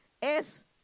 es